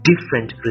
different